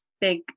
big